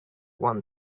one